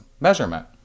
measurement